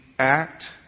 Act